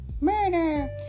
Murder